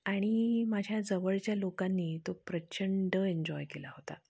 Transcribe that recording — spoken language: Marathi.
आणि माझ्या जवळच्या लोकांनी तो प्रचंड एन्जॉय केला होता